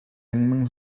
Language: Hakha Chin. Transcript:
lengmang